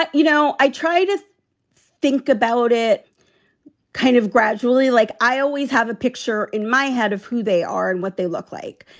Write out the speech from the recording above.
but you know, i try to think about it kind of gradually, like i always have a picture in my head of who they are and what they look like.